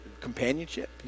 companionship